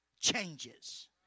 changes